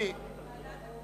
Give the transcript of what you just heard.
קריאה שנייה